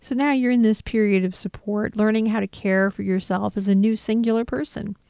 so now you're in this period of support, learning how to care for yourself as a new singular person.